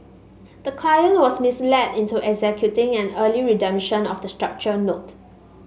the client was misled into executing an early redemption of the structured note